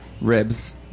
ribs